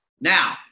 Now